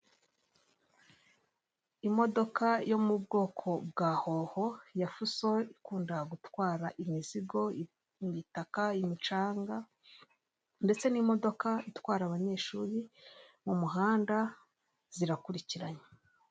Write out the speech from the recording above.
Imodoka yo mu bwoko bwa howo yafuso ikunda gutwara imizigo, ibitaka, umucanga ndetse n'imodoka itwara abanyeshuri mumuhanda zirakurikiranye.